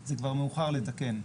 זה כבר מאוחר לתקן.